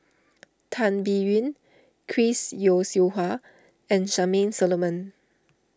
Tan Biyun Chris Yeo Siew Hua and Charmaine Solomon